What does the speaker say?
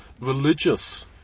religious